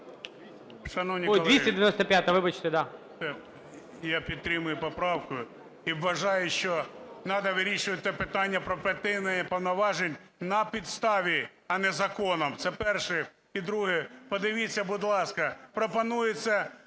я підтримую поправку і вважаю, що надо вирішувати це питання про припинення повноважень на підставі, а не законом. Це перше. І друге. Подивіться, будь ласка, пропонується